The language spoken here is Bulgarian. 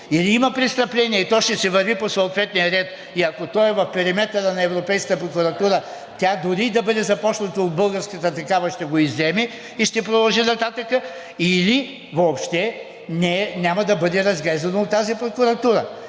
Или има престъпление, и то ще си върви по съответния ред, и ако то е в периметъра на Европейската прокуратура, тя дори да бъде започнато от българската такава, ще го изземе и ще продължи нататък, или въобще няма да бъде разглеждано от тази прокуратура.